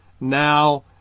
now